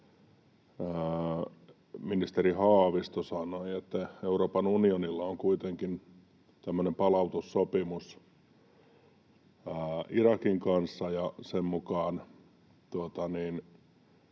ministeri Haavisto sanoi, että Euroopan unionilla on kuitenkin tämmöinen palautussopimus Irakin kanssa